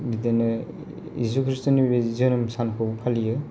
बिदिनो जिसु खृष्टनि जोनोम सानखौ फालियो